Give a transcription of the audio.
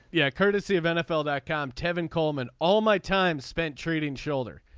yeah. courtesy of nfl dot com tevin coleman. all my time spent treating shoulder.